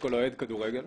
אוהד כדורגל,